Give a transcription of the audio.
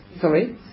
Sorry